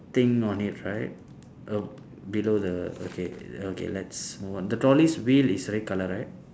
thing on it right err below the okay okay let's move on the trolley's wheel is red colour right